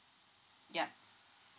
yup